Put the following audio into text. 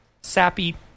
sappy